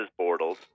Bortles